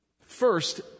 First